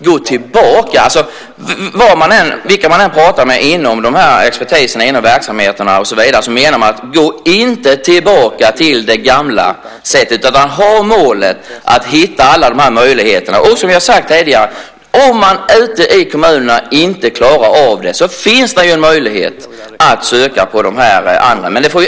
Fru talman! Upprörd kan man lätt bli. Det kan jag också bli över det cyniska sättet. Man vill faktiskt gå ett steg tillbaka. Vilka man än pratar med inom expertisen och verksamheterna säger de: Gå inte tillbaka till det gamla sättet utan ha målet att hitta de olika möjligheterna. Om man ute i kommunerna inte klarar av det finns det en möjlighet att söka till andra skolor.